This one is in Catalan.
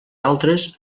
altres